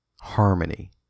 Harmony